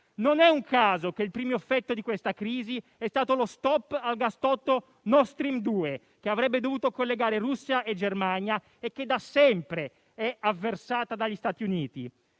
Non è un caso che il primo effetto di questa crisi è stato lo *stop* al gasdotto Nord Stream 2, che avrebbe dovuto collegare Russia e Germania e che da sempre è avversato dagli Stati Uniti.